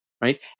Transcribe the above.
Right